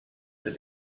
did